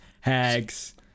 hags